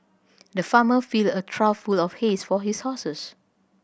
the farmer filled a trough full of hay for his horses